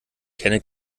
kenne